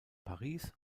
paris